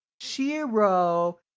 Shiro